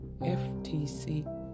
FTC